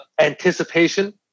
anticipation